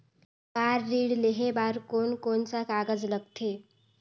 Car ऋण लेहे बार कोन कोन सा कागज़ लगथे?